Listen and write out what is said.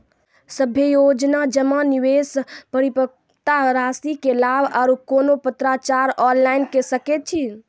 सभे योजना जमा, निवेश, परिपक्वता रासि के लाभ आर कुनू पत्राचार ऑनलाइन के सकैत छी?